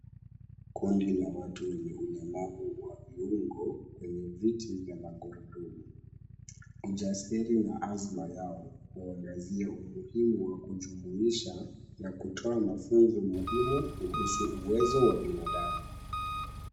Kundi la watu wenye ulemavu wa viungo kwenye viti vya magurudumu, ujasiri na azma yao huangazia umuhimu wa kujumuisha na kutoa mafunzo muhimu kuhusu uwezo wa binadamu.